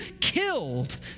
killed